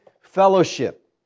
fellowship